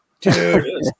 Dude